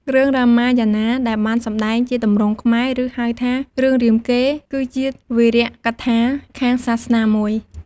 រឿង រ៉ាម៉ាយ៉ាណា ដែលបានសម្ដែងជាទម្រង់ខ្មែរ ឬ ហៅថារឿងរាមកេរ្តិ៍គឺជាវីវកថាខាងសាសនាមួយ។